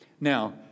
Now